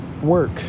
Work